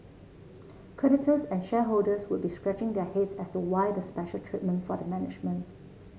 creditors and shareholders would be scratching their heads as to why the special treatment for the management